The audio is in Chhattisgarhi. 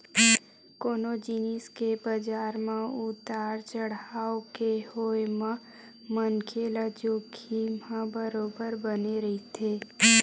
कोनो जिनिस के बजार म उतार चड़हाव के होय म मनखे ल जोखिम ह बरोबर बने रहिथे